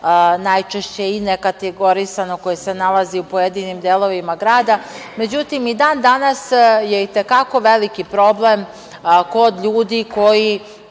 najčešće i nekategorisano koje se nalazi u pojedinim delovima grada.Međutim, i dan danas je i te kako veliki problem ko od ljudi koji